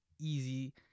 easy